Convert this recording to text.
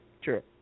Sure